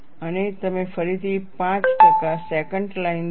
અને તમે ફરીથી 5 ટકા સેકન્ટ લાઇન દોરો